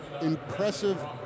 impressive